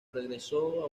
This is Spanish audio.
regresó